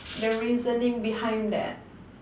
the reasoning behind that